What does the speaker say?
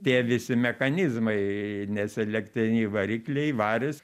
tie visi mechanizmai nes elektriniai varikliai varis